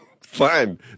fine